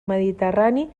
mediterrani